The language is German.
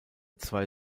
zwei